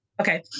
Okay